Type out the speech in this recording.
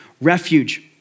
refuge